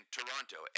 Toronto